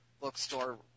bookstore